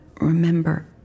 remember